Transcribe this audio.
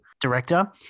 director